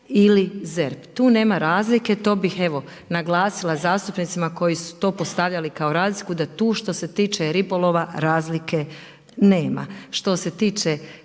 ili ZERP. Tu nema razlike, to bih evo naglasila zastupnicima koji su to postavljali kao razliku, da tu što se tiče ribolova razlike nema. Što se tiče